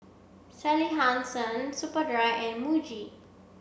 Sally Hansen Superdry and Muji